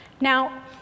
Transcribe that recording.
Now